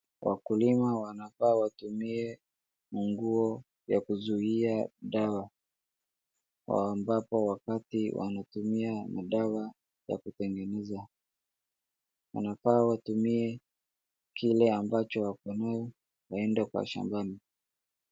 Wakulima wanafaa watumie manguo ya kuzuia dawa ambapo wakati wanatumia madawa ya kutengeneza. Wanafaa watumie kile ambacho wako nao waende kwa shambani.